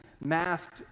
masked